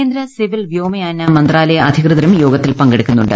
കേന്ദ്ര സിവിൽ വ്യോമയാന മന്ത്രാലയ അധികൃതരും യോഗത്തിൽ പങ്കെടുക്കുന്നുണ്ട്